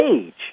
age